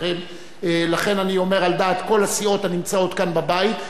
לכן אני אומר על דעת כל הסיעות הנמצאות כאן בבית,